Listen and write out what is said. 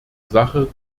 sache